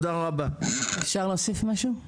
אפשר להוסיף משהו?